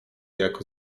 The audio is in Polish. jako